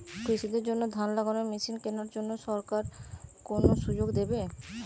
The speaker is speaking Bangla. কৃষি দের জন্য ধান লাগানোর মেশিন কেনার জন্য সরকার কোন সুযোগ দেবে?